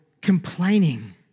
complaining